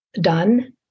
done